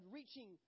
reaching